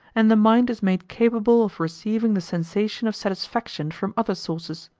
and the mind is made capable of receiving the sensation of satisfaction from other sources.